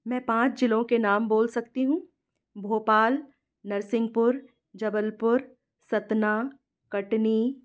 मै पाँच ज़िलों के नाम बोल सकती हूँ भोपाल नरसिंहपुर जबलपुर सतना कटनी